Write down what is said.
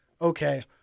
Okay